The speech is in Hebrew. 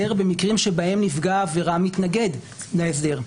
במקרים שבהם נפגע העבירה מתנגד להסדר.